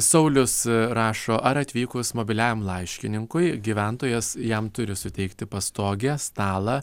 saulius rašo ar atvykus mobiliajam laiškininkui gyventojas jam turi suteikti pastogę stalą